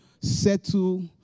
settle